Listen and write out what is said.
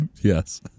Yes